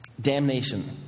damnation